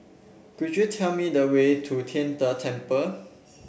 could you tell me the way to Tian De Temple